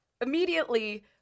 immediately